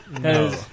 No